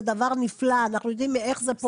הם דבר נפלא אנחנו יודעים איך זה פועל.